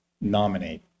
nominate